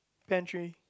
pantry